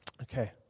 Okay